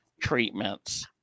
treatments